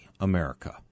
America